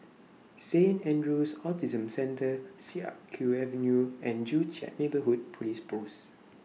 Saint Andrew's Autism Centre Siak Kew Avenue and Joo Chiat Neighbourhood Police Post